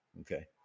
okay